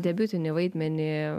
debiutinį vaidmenį